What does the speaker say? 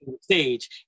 Stage